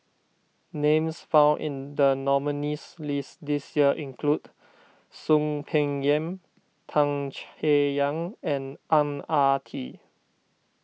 names found in the nominees' list this year include Soon Peng Yam Tan Chay Yan and Ang Ah Tee